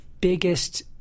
biggest